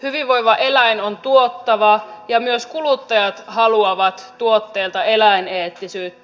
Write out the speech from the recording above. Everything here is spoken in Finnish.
hyvinvoiva eläin on tuottava ja myös kuluttajat haluavat tuotteelta eläineettisyyttä